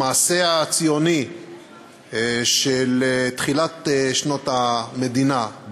המעשה הציוני של תחילת שנות המדינה,